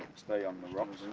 stay on the.